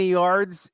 yards